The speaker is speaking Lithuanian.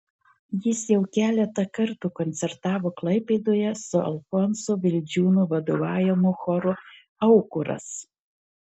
jis jau keletą kartų koncertavo klaipėdoje su alfonso vildžiūno vadovaujamu choru aukuras